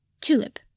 Tulip